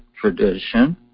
tradition